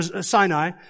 Sinai